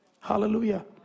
Hallelujah